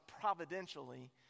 providentially